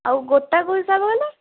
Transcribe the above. ଆଉ ଗୋଟାକୁ ହିସାବ କଲେ